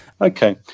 Okay